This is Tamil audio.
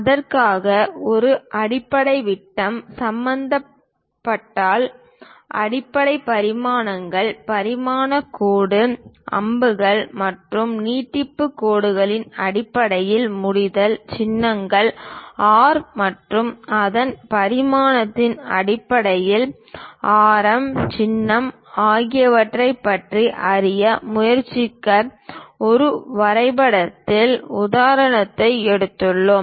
அதற்காக ஒரு அடிப்படை விட்டம் சம்பந்தப்பட்டால் அடிப்படை பரிமாணங்கள் பரிமாணக் கோடு அம்புகள் மற்றும் நீட்டிப்புக் கோடுகளின் அடிப்படையில் முடித்தல் சின்னங்கள் ஆர் மற்றும் அதன் பரிமாணத்தின் அடிப்படையில் ஆரம் சின்னம் ஆகியவற்றைப் பற்றி அறிய முயற்சிக்க ஒரு வரைபடத்தின் உதாரணத்தை எடுத்துள்ளோம்